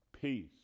peace